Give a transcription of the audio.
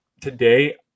today